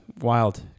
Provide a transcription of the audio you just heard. wild